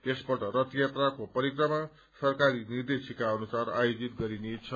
यसपल्ट रथ यात्राको परिक्रमा सरकारी निर्देशिका अनुसार आयोजित गरिनेछ